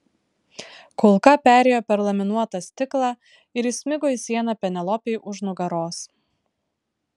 kulka perėjo per laminuotą stiklą ir įsmigo į sieną penelopei už nugaros